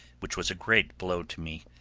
which was a great blow to me,